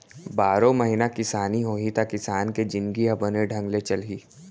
बारो महिना किसानी होही त किसान के जिनगी ह बने ढंग ले चलही